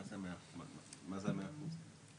מה זה ה-100%?